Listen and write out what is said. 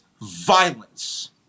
violence